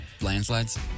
landslides